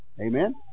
Amen